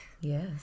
Yes